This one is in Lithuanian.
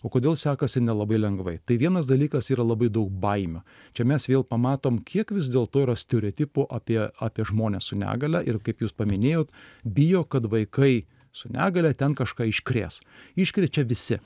o kodėl sekasi nelabai lengvai tai vienas dalykas yra labai daug baimių čia mes vėl pamatom kiek vis dėlto yra stereotipų apie apie žmones su negalia ir kaip jūs paminėjot bijo kad vaikai su negalia ten kažką iškrės iškrečia visi